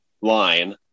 line